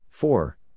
Four